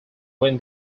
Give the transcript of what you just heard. when